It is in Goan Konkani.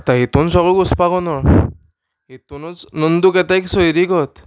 आतां हितून सगळो घुसपागोंदळ हितुनूच नंदूक येता एक सयरीगत